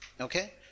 Okay